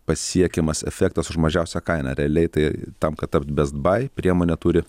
pasiekiamas efektas už mažiausią kainą realiai tai tam kad tapt best bai priemonė turi